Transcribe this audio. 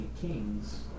Kings